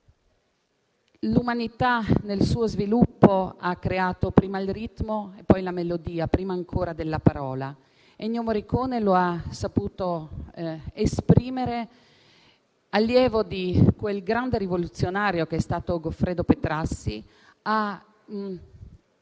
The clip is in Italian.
L'umanità nel suo sviluppo ha creato prima il ritmo e poi la melodia, prima ancora della parola; Ennio Morricone lo ha saputo esprimere. Allievo di quel grande rivoluzionario che è stato Goffredo Petrassi, ha in